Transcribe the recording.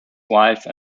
wife